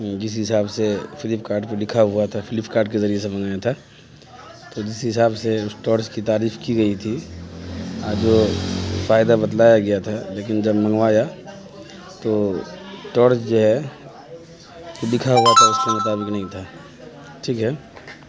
جس حساب سے فلپ کارٹ پہ لکھا ہوا تھا فلپ کارٹ کے ذریعے سے منگایا تھا تو جس حساب سے اس ٹارچ کی تعریف کی گئی تھی آ جو فائدہ بتلایا گیا تھا لیکن جب منگوایا تو ٹارچ جو ہے وہ لکھا ہوا تھا اس کے مطابق نہیں تھا ٹھیک ہے